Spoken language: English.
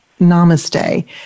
namaste